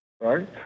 right